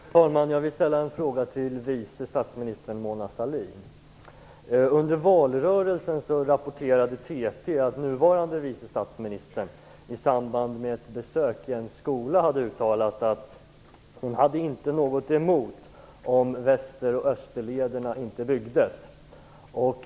Fru talman! Jag vill ställa en fråga till vice statsministern Mona Sahlin. Under valrörelsen rapporterade TT att nuvarande vice statsministern i samband med ett besök i en skola hade uttalat, att hon inte hade något emot om Österoch Västerlederna inte byggdes.